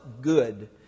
good